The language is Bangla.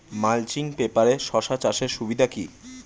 মালচিং পেপারে শসা চাষের সুবিধা কি?